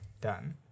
Done